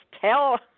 tell